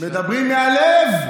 מדברים מהלב.